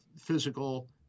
physical